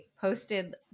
posted